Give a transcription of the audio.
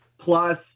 plus